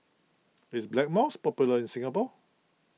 is Blackmores popular in Singapore